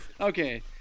Okay